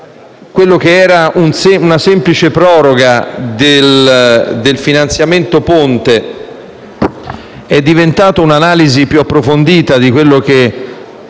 quella che era una semplice proroga del finanziamento ponte è diventata un'analisi approfondita da parte